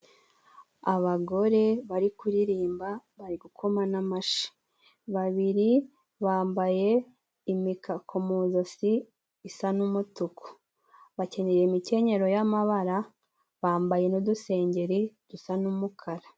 Abagore bari kuririmba bari gukoma n'amashi babiri bambaye imikakozosi isa n'umutuku bakeneyenyera imikenyero y'amabara bambaye n'udusengeri dusa n'umukara.